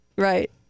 right